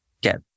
get